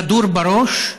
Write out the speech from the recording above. כדור בראש,